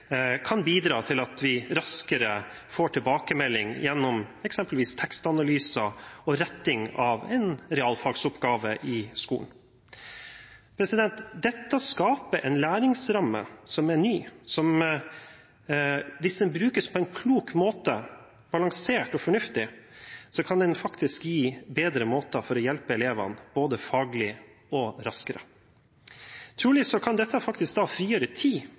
kan bidra til at vi raskere får tilbakemelding gjennom eksempelvis tekstanalyser og retting av en realfagsoppgave i skolen. Dette skaper en læringsramme som er ny, og som, hvis den brukes på en klok måte, balansert og fornuftig, faktisk kan gi bedre måter å hjelpe elevene på, både faglig og raskere. Trolig kan dette frigjøre tid